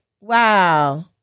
Wow